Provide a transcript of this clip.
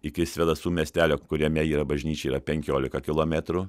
iki svėdasų miestelio kuriame yra bažnyčia yra penkiolika kilometrų